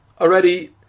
already